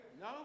No